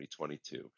2022